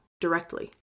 directly